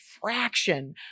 fraction